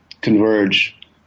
converge